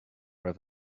raibh